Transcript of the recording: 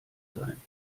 sein